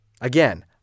Again